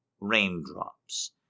raindrops